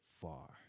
far